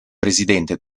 presidente